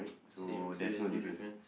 same so there's no difference